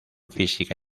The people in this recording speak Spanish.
física